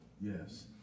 Yes